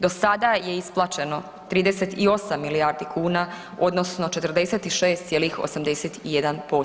Do sada je isplaćeno 38 milijardi kuna odnosno 46,81%